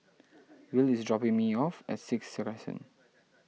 Will is dropping me off at Sixth